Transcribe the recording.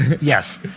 Yes